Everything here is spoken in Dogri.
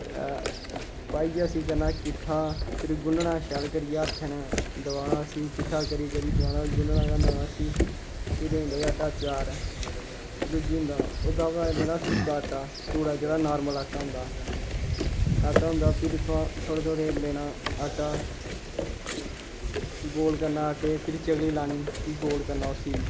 ते पाइयै उस्सी करना किट्ठा फिरी गुन्नना शैल करियै हत्थैं नै दबाना उस्सी किट्ठा करी करी दबाना गुन्नना गन्नना उस्सी फिर होई जंदा जी आटा त्यार गुज्जी जंदा ओह्दे बाद पाई लैना सुक्का आटा धूड़ा जेह्ड़ा नार्मल आटा होंदा आटा होंदा भिरी उत्थुआं थोह्ड़ा थोह्ड़ा लैना आटा गोल करना आटे गी भिरी चकली लानी भी गोल करना उस्सी बी